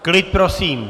Klid prosím!